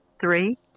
Three